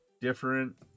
different